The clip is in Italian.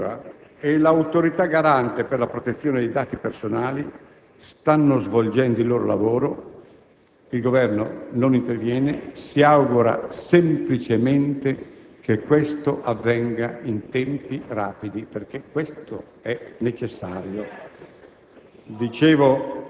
La magistratura e l'Autorità garante per la protezione dei dati personali stanno svolgendo il loro lavoro. Il Governo non interviene. Si augura semplicemente che questo avvenga in tempi rapidi perché questo è necessario.